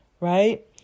right